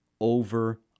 over